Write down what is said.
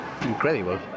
incredible